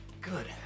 Good